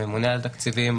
הממונה על התקציבים